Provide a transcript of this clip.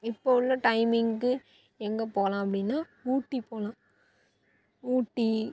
இப்போது உள்ள டைமிங்க்கு எங்கே போகலாம் அப்படின்னா ஊட்டி போகலாம் ஊட்டி